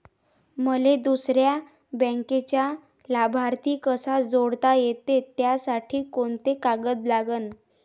मले दुसऱ्या बँकेचा लाभार्थी कसा जोडता येते, त्यासाठी कोंते कागद लागन?